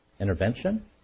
intervention